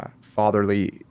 fatherly